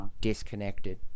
disconnected